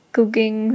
Cooking